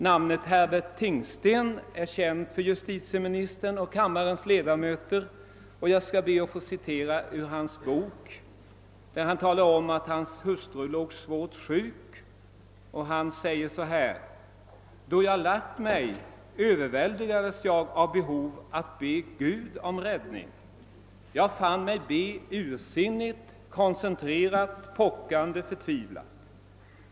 Namnet Herbert Tingsten är känt för justitieministern liksom för kammarens ledamöter, och jag skall be att få citera ur hans bok där han talar om att hans hustru låg svårt sjuk. Han skriver så här: »Då jag lagt mig överväldigades jag av ett behov att be Gud om räddning. Jag fann mig be, ursinnigt, koncentrerat, pockande, förtvivlat.